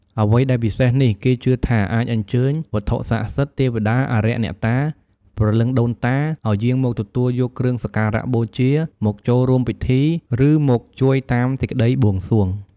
អ្វីដែលពិសេសនេះគេជឿថាអាចអញ្ជើញ វត្ថុស័ក្តិសិទ្ធិ ទេវតា អារក្សអ្នកតា ព្រលឹងដូនតា ឲ្យយាងមកទទួលយកគ្រឿងសក្ការបូជា មកចូលរួមពិធី ឬមកជួយតាមសេចក្ដីបួងសួង។